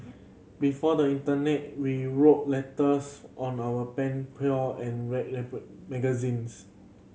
before the internet we wrote letters on our pen pal and read magazines